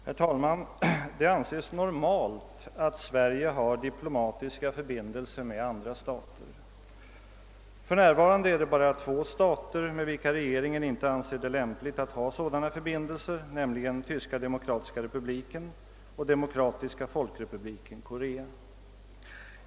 Herr talman! Det anses normalt att Sverige har diplomatiska förbindelser med andra stater. För närvarande är det bara två stater med vilka regeringen inte anser det lämpligt att ha sådana förbindelser, nämligen Tyska Demokratiska Republiken och Demokratiska folkrepubliken Korea.